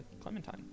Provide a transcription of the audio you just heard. Clementine